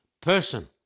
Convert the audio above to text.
person